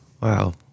wow